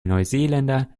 neuseeländer